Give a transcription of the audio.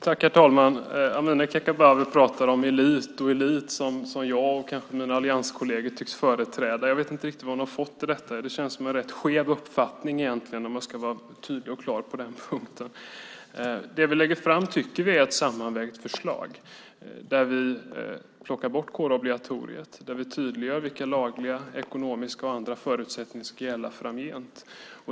Herr talman! Amineh Kakabaveh pratar om en elit som jag och kanske mina allianskolleger tycks företräda. Jag vet inte riktigt varifrån hon har fått detta. Det känns som en rätt skev uppfattning, om jag ska vara tydlig och klar på den punkten. Det förslag som vi lägger fram tycker vi är sammanvägt, där vi plockar bort kårobligatoriet och där vi tydliggör vilka lagliga, ekonomiska och andra förutsättningar som ska gälla framgent.